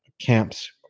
camps